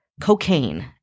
Cocaine